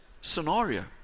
scenario